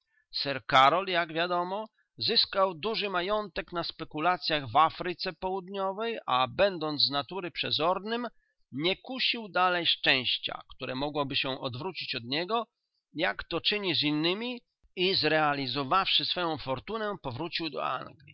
karol jak wiadomo zyskał duży majątek na spekulacyach w afryce południowej a będąc z natury przezornym nie kusił dalej szczęścia które mogłoby się odwrócić od niego jak to czyni z innymi i zrealizowawszy swoją fortunę powrócił do